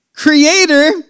creator